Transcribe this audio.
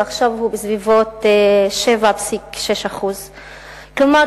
ועכשיו הוא בסביבות 7.6%. כלומר,